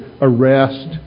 arrest